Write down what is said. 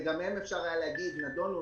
וגם בהן אפשר היה להגיד: נדונו,